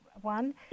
one